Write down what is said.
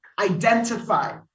identify